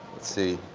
let's see.